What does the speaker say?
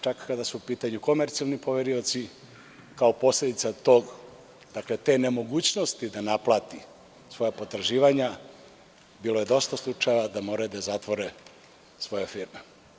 Čak kada su u pitanju komercijalni poverioci kao posledica tog, dakle, te ne mogućnosti da naplati svoja potraživanja bilo je dosta slučajeva da moraju da zatvore svoje firme.